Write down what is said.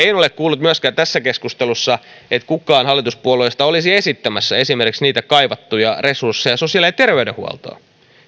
en ole kuullut myöskään tässä keskustelussa että kukaan hallituspuolueista olisi esittämässä esimerkiksi niitä kaivattuja resursseja sosiaali ja terveydenhuoltoon